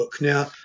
Now